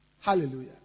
Hallelujah